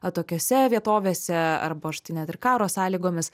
atokiose vietovėse arba štai net ir karo sąlygomis